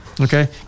Okay